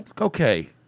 okay